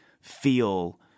feel